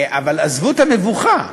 אבל עזבו את המבוכה,